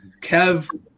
Kev